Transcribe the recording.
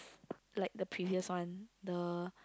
like the previous one the